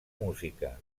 música